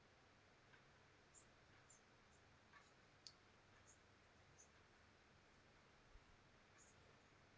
uh